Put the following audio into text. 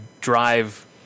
drive